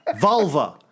Vulva